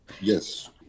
Yes